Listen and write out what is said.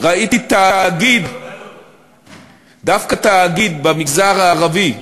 ראיתי דווקא תאגיד במגזר הערבי,